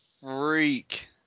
freak